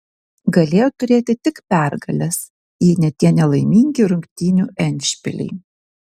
galėjo turėti tik pergales jei ne tie nelaimingi rungtynių endšpiliai